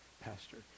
pastor